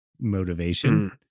motivation